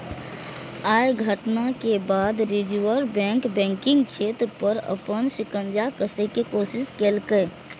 अय घटना के बाद रिजर्व बैंक बैंकिंग क्षेत्र पर अपन शिकंजा कसै के कोशिश केलकै